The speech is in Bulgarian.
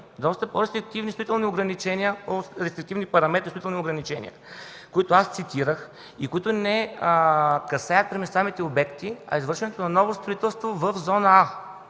ограничения и параметри, които цитирах и които не касаят преместваемите обекти, а извършването на ново строителство в зона А.